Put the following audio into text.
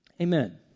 Amen